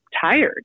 tired